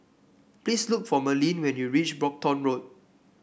please look for Merlin when you reach Brompton Road